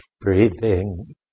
breathing